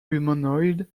humanoid